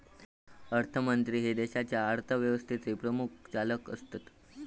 अर्थमंत्री हे देशाच्या अर्थव्यवस्थेचे प्रमुख चालक असतत